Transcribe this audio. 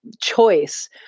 choice